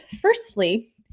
Firstly